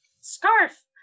scarf